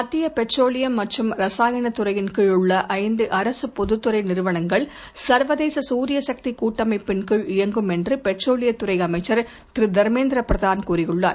மத்திய பெட்ரோலியம் மற்றும் ரசாயணத் துறையின் கீழுள்ள ஐந்து அரசு பொதுத் துறை நிறுவனங்கள் சர்வதேச சூரிய சக்தி கூட்டப்பின் கீழ் இயங்கும் என்று அமைச்சர் திரு தர்மேந்திர பிரதான் கூறியுள்ளார்